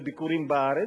וזה ביקורים בארץ.